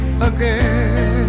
again